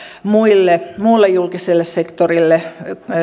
muulle julkiselle sektorille